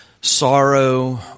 sorrow